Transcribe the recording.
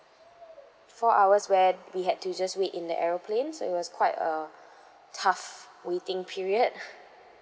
four hours where we had to just wait in the aeroplane so it was quite a tough waiting period